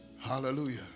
hallelujah